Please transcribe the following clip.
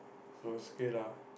so is okay lah